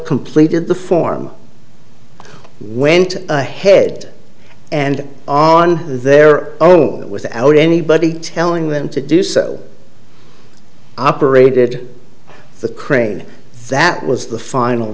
completed the form went ahead and on their own without anybody telling them to do so operated the crane that was the final